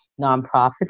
nonprofits